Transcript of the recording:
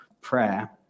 prayer